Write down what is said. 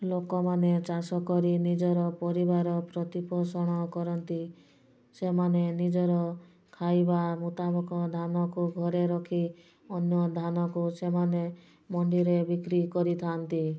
ଲୋକମାନେ ଚାଷକରି ନିଜର ପରିବାର ପ୍ରତିପୋଷଣ କରନ୍ତି ସେମାନେ ନିଜର ଖାଇବା ମୁତାବକ ଧାନକୁ ଘରେ ରଖି ଅନ୍ୟ ଧାନକୁ ସେମାନେ ମଣ୍ଡିରେ ବିକ୍ରି କରିଥା'ନ୍ତି